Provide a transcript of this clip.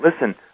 listen